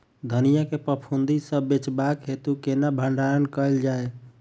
धनिया केँ फफूंदी सऽ बचेबाक हेतु केना भण्डारण कैल जाए?